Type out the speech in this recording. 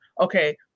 okay